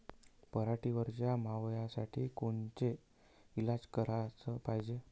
पराटीवरच्या माव्यासाठी कोनचे इलाज कराच पायजे?